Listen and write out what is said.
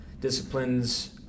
disciplines